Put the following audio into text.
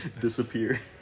disappear